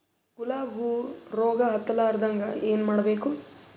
ಗುಲಾಬ್ ಹೂವು ರೋಗ ಹತ್ತಲಾರದಂಗ ಏನು ಮಾಡಬೇಕು?